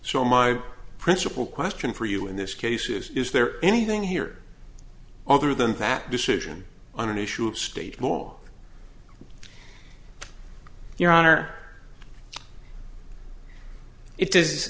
so my principal question for you in this case is is there anything here or than that decision on an issue of state law your honor it is